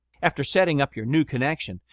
after setting up your new connection,